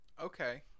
Okay